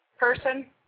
person